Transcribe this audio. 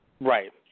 Right